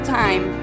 time